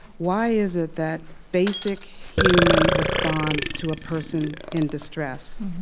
why is it that basic human response to a person in distress